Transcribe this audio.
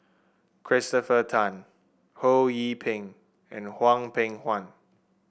Christopher Tan Ho Yee Ping and Hwang Peng Huan